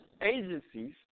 Agencies